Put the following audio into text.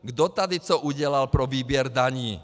Kdo tady co udělal pro výběr daní?